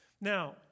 Now